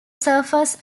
surfers